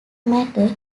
matter